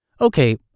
okay